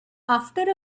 after